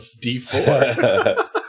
D4